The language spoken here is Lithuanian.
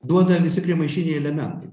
duoda visi priemaišiniai elementai